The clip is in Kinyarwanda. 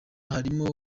harimo